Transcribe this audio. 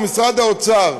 או משרד האוצר,